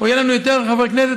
או יהיו לנו יותר חברי כנסת,